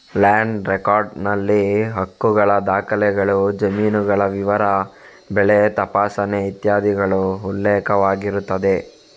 land record ನಲ್ಲಿ ಹಕ್ಕುಗಳ ದಾಖಲೆಗಳು, ಜಮೀನುಗಳ ವಿವರ, ಬೆಳೆ ತಪಾಸಣೆ ಇತ್ಯಾದಿಗಳು ಉಲ್ಲೇಖವಾಗಿರುತ್ತದೆ